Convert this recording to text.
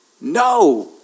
No